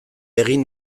egin